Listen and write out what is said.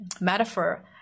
metaphor